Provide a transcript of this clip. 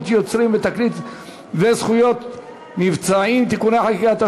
יוצרים בתקליט וזכויות מבצעים (תיקוני חקיקה),